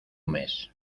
mes